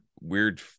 weird